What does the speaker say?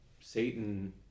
Satan